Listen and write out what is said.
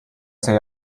say